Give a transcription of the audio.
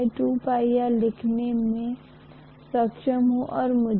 हम उसी प्रकार MMF से फ्लक्स के अनुपात को अनिच्छा के रूप में कहेंगे